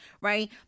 right